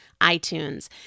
iTunes